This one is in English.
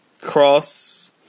cross